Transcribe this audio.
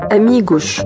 amigos